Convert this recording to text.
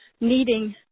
needing